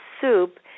soup